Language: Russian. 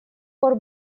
пор